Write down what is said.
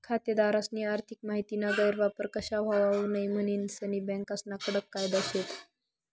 खातेदारस्नी आर्थिक माहितीना गैरवापर कशा व्हवावू नै म्हनीन सनी बँकास्ना कडक कायदा शेत